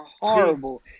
horrible